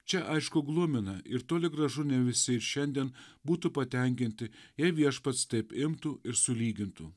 čia aišku glumina ir toli gražu ne visi ir šiandien būtų patenkinti jei viešpats taip imtų ir sulygintų